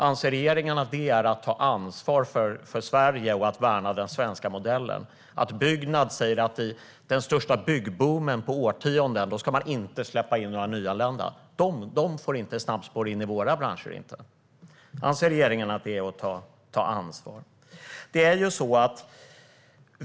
Anser regeringen att det är att ta ansvar för Sverige och att värna den svenska modellen? I den största byggboomen på årtionden säger Byggnads att man inte ska släppa in några nyanlända. Anser regeringen att det är att ta ansvar?